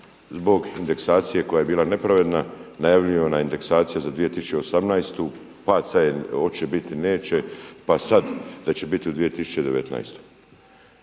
zbog indeksacije koja je bila nepravedna, najavljivanja indeksacija za 2018. pa hoće biti, neće, pa sada da će biti u 2019.